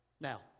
Now